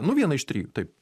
nu vieną iš trijų taip